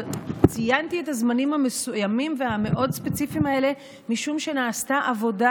אבל ציינתי את הזמנים המסוימים והמאוד-ספציפיים האלה משום שנעשתה עבודה